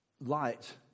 light